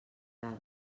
dades